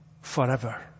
forever